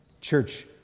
Church